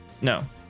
no